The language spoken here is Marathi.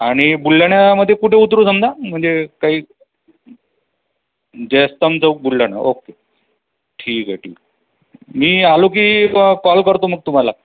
आणि बुलढाण्यामध्ये कुठे उतरू समजा म्हणजे काही जयस्तंभ चौक बुलढाणा ओके ठीक आहे ठीक आहे मी आलो की कॉल करतो मग तुम्हाला